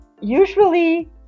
usually